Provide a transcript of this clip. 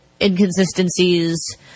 inconsistencies